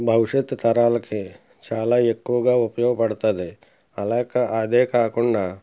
భవిష్యత్తు తరాలకి చాలా ఎక్కువగా ఉపయోగపడుతుంది అలాగా అదే కాకుండా